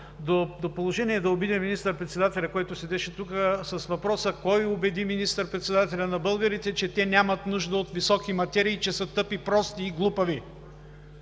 до положение да обидя министър-председателя, който седеше тук, с въпроса: „Кой убеди министър-председателя на българите, че те нямат нужда от високи материи, че са тъпи, прости и глупави?“.